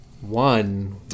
One